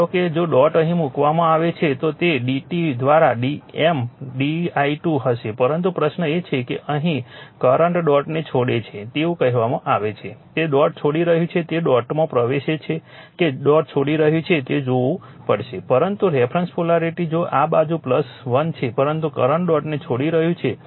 ધારો કે જો ડોટ અહીં મૂકવામાં આવે છે તો તે dt દ્વારા M di2 હશે પરંતુ પ્રશ્ન એ છે કે અહીં કરંટ ડોટને છોડે છે તેવું કહેવામાં આવે છે તે ડોટ છોડી રહ્યું છે તે ડોટમાં પ્રવેશે છે કે ડોટ છોડી રહ્યું છે તે જોવું પડશે પરંતુ રેફરન્સ પોલારિટી જો કે આ બાજુ 1 છે પરંતુ કરંટ ડોટને છોડી રહ્યું છે